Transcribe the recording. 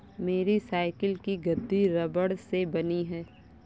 मेरी साइकिल की गद्दी रबड़ से बनी है